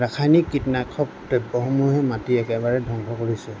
ৰাসায়নিক কীটনাশক দ্ৰব্যসমূহে মাটি একেবাৰে ধ্বংস কৰিছে